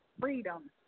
freedom